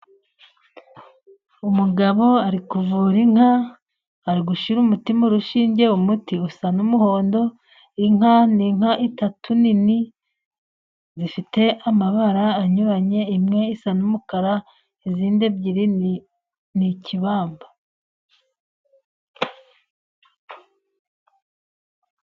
Umugabo ari kuvura inka, ari gushyira umuti mu rushinge, umuti usa n'umuhondo. Inka ni inka eshatu nini zifite amabara anyuranye, imwe isa n'umukara izindi ebyiri ni ikibamba.